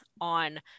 on